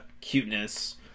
cuteness